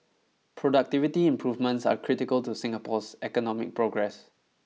productivity improvements are critical to Singapore's economic progress